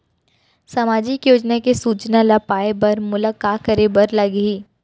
सामाजिक योजना के सूचना ल पाए बर मोला का करे बर लागही?